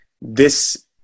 this-